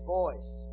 voice